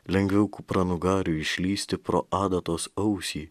lengviau kupranugariui išlįsti pro adatos ausį